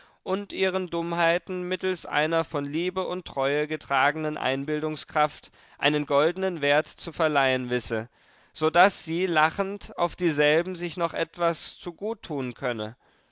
und ihren dummheiten mittels einer von liebe und treue getragenen einbildungskraft einen goldenen wert zu verleihen wisse so daß sie lachend auf dieselben sich noch etwas zugut tun könne